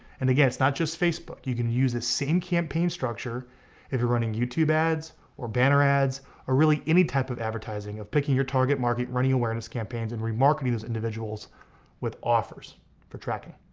and again, it's not just facebook. you can use the same campaign structure if you're running youtube ads or banner ads or really any type of advertising of picking your target market, running awareness campaigns, and remarketing those individuals with offers for tracking,